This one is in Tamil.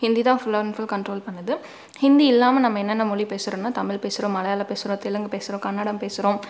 ஹிந்தி தான் ஃபுல்லன் அண்ட் ஃபுல் கன்ட்ரோல் பண்ணுது ஹந்தி இல்லாமல் நம்ம என்னன்ன மொழி பேசுகிறோன்னா தமிழ் பேசுகிறோம் மலையாளம் பேசுகிறோம் தெலுங்கு பேசுகிறோம் கன்னடம் பேசுகிறோம்